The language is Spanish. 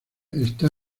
está